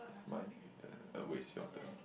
my turn uh wait it's your turn